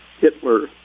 Hitler